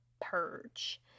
Purge